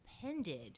depended